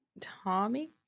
Tommy